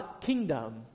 kingdom